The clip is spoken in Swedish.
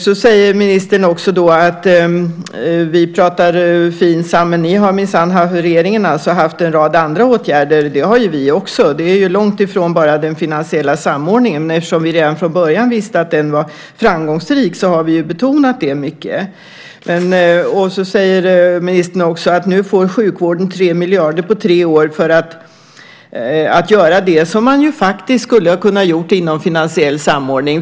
Så säger ministern också att vi pratar om Finsam, men ni har minsann, regeringen alltså, haft en rad andra åtgärder. Det har ju vi också. Det är långt ifrån bara den finansiella samordningen, men eftersom vi redan från början visste att den var framgångsrik har vi ju betonat den mycket. Ministern säger också att nu får sjukvården 3 miljarder på tre år för att göra det som man faktiskt hade kunnat göra genom finansiell samordning.